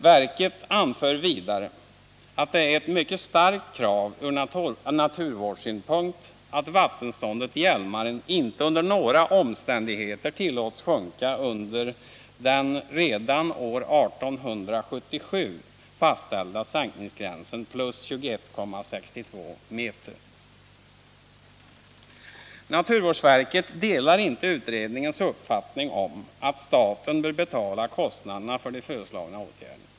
Verket anför vidare att det är ett mycket starkt krav ur naturvårdssynpunkt att vattenståndet i Hjälmaren inte under några omständigheter tillåts sjunka under den redan år 1877 fastställda sänkningsgränsen på + 21.62 m. Naturvårdsverket delar inte utredningens uppfattning att staten bör betala kostnaderna för de föreslagna åtgärderna.